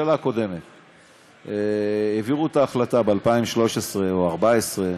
הממשלה הקודמת, העבירו את ההחלטה ב-2013 או 2014,